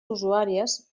usuàries